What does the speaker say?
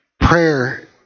Prayer